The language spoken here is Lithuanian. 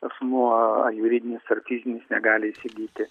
asmuo ar juridinis ar fizinis negali įsigyti